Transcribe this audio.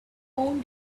own